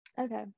Okay